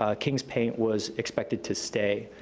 ah king's paint was expected to stay,